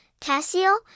Casio